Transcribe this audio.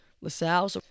LaSalle